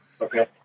Okay